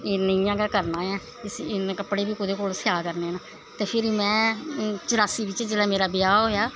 इन्न इयां गै करनां ऐ इन्न कपड़े बी कोह्दे कोल स्याने न ते फिर में चरासी बिच्च जिसलै मेरा ब्याह् होआ